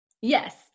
Yes